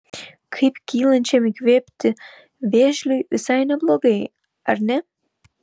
kaip kylančiam įkvėpti vėžliui visai neblogai ar ne